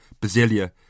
Basilia